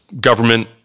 government